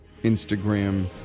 Instagram